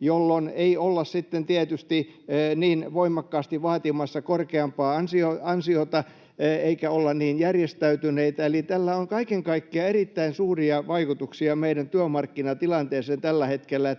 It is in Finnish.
jolloin ei olla sitten tietysti niin voimakkaasti vaatimassa korkeampaa ansiota eikä olla niin järjestäytyneitä. Eli tällä on kaiken kaikkiaan erittäin suuria vaikutuksia meidän työmarkkinatilanteeseen tällä hetkellä.